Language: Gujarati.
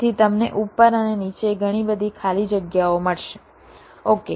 તેથી તમને ઉપર અને નીચે ઘણી બધી ખાલી જગ્યાઓ મળશેઓકે